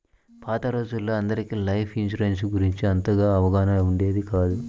పాత రోజుల్లో అందరికీ లైఫ్ ఇన్సూరెన్స్ గురించి అంతగా అవగాహన ఉండేది కాదు